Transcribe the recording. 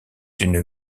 d’une